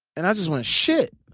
and i just went shit,